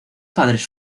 padres